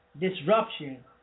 disruption